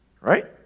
right